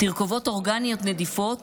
תרכובות אורגניות נדיפות,